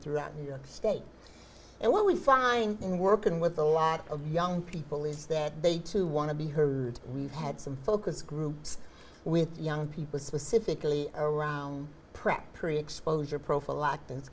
throughout new york state and what we find in working with a lot of young people is that they too want to be heard we've had some focus groups with young people specifically around prac pre exposure prophylactic